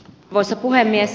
arvoisa puhemies